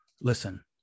listen